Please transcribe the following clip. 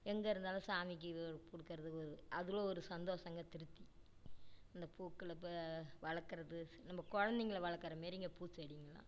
எங்கே இருந்தாலும் சாமிக்கு இது ஒரு கொடுக்குறதுக்கு ஒரு அதில் ஒரு சந்தோஷங்க திருப்தி இந்த பூக்களை ப வளர்க்குறது நம்ம குழந்தைங்கள வளர்க்குற மாரிங்க பூச்செடிங்கலாம்